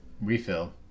refill